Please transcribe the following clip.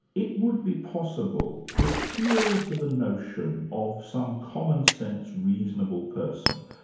it would be possible to appeal to the notion of some commonsense reasonable person.